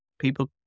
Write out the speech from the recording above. people